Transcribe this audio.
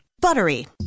buttery